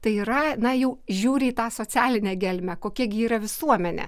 tai yra na jau žiūri į tą socialinę gelmę kokia gi yra visuomenė